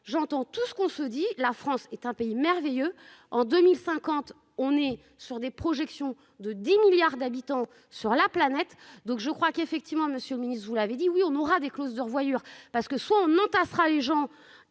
j'entends tout ce qu'on se dit, la France est un pays merveilleux, en 2050, on est sur des projections de 10 milliards d'habitants sur la planète. Donc je crois qu'effectivement Monsieur le Ministre, vous l'avez dit, oui, on aura des clauses de revoyure parce que son nom ta sera les gens